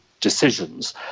decisions